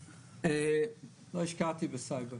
לא השקעתי בסייבר.